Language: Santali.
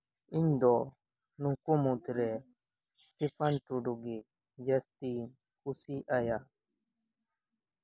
ᱤᱧ ᱫᱚ ᱱᱩᱠᱩ ᱢᱩᱫᱨᱮ ᱥᱴᱤᱯᱷᱟᱱ ᱴᱩᱰᱩ ᱜᱮ ᱡᱟᱹᱥᱛᱤᱧ ᱠᱩᱥᱤ ᱟᱭᱟ